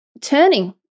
turning